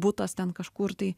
butas ten kažkur tai